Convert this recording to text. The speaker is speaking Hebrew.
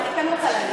אני כן רוצה לעלות.